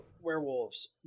werewolves